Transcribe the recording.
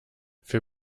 für